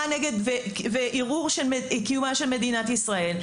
נגד וערעור של קיומה של מדינת ישראל,